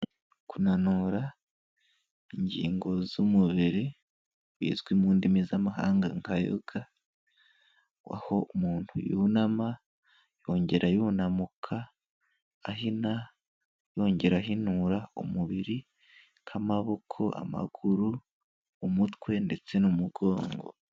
Kunanura ingingo z'umubiri bizwi mu ndimi z'amahanga nka "Yoga" aho umuntu yunama yongera yunamuka ahina yongera ahinura umubiri nk'amaboko, amaguru, umutwe ndetse n'umugongo.